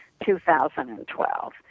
2012